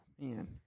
Man